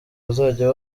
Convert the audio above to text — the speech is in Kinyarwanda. bazajya